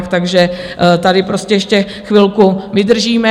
Takže tady prostě ještě chvilku vydržíme.